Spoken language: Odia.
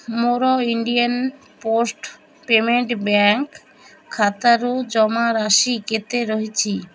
ମୋର ଇଣ୍ଡିଆ ପୋଷ୍ଟ ପେମେଣ୍ଟ ବ୍ୟାଙ୍କ ଖାତାରୁ ଜମାରାଶି କେତେ ରହିଛି